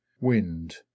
wind